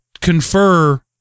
confer